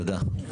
תודה.